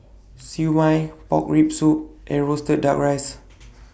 Siew Mai Pork Rib Soup and Roasted Duck Rice